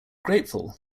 grateful